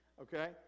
okay